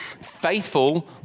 faithful